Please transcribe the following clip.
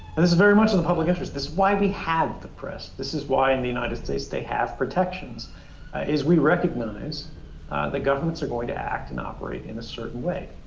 and this is very much in the public interest, that's why we have the press. this is why in the united states they have protections is we recognize that governments are going to act and operate in a certain way.